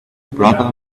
brother